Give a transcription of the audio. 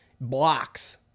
blocks